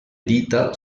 dita